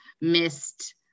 missed